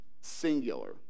singular